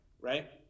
Right